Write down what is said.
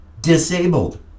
disabled